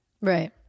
Right